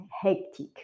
hectic